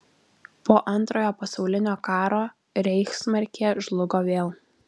po antrojo pasaulinio karo reichsmarkė žlugo vėl